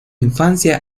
infancia